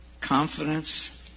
Confidence